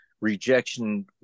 rejection